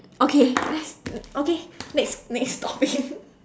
okay next okay next next topic